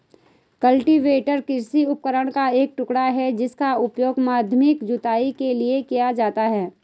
cultivator कृषि उपकरण का एक टुकड़ा है जिसका उपयोग माध्यमिक जुताई के लिए किया जाता है